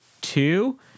two